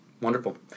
Wonderful